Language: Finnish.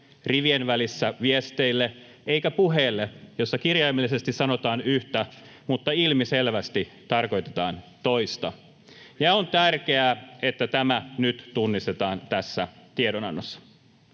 rivien välissä viesteille eikä puheelle, jossa kirjaimellisesti sanotaan yhtä mutta ilmiselvästi tarkoitetaan toista, ja on tärkeää, että tämä nyt tunnistetaan tiedonannossa.